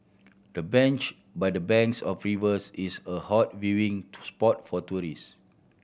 the bench by the banks of rivers is a hot viewing to spot for tourist